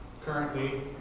currently